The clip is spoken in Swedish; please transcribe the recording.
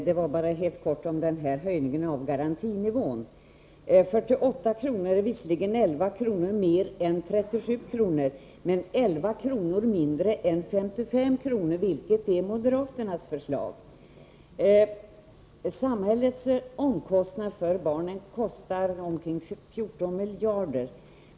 Herr talman! I fråga om höjningen av garantinivån vill jag säga att 48 kr. visserligen är 11 kr. mer än 37 kr., men 7 kr. mindre än 55 kr., vilket är moderaternas förslag. Samhällets omkostnader för barnen uppgår till ca 14 miljarder.